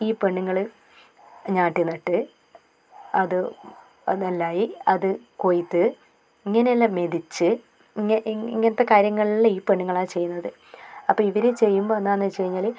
ഈ പെണ്ണുങ്ങൾ ഞാറ്റ് നട്ട് അത് അത് നെല്ലായി അത് കൊയ്ത്ത് ഇങ്ങനെയുള്ള മെതിച്ച് ഇങ്ങനത്തെ കാര്യങ്ങളിൽ ഈ പെണ്ണുങ്ങളാണ് ചെയ്യുന്നത് അപ്പം ഇവർ ചെയ്യുമ്പോൾ എന്താണെന്ന് വെച്ചു കഴിഞ്ഞാൽ